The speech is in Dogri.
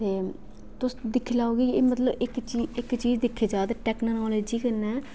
तुस दिक्खी लैऔ इक चीज़ दिक्खी जा तां टेक्नोलाॉजी कन्नै मलतब